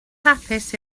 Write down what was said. hapus